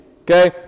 Okay